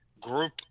group